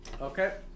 Okay